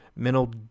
mental